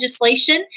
legislation